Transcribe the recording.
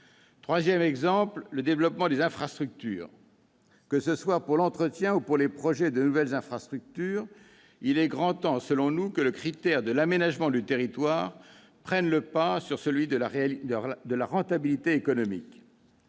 Troisième exemple : le développement des infrastructures. Que ce soit pour l'entretien des infrastructures existantes ou pour les projets de nouvelles infrastructures, il est grand temps, selon nous, que le critère de l'aménagement du territoire prenne le pas sur celui de la rentabilité économique.